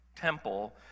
temple